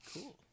Cool